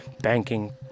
banking